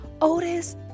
Otis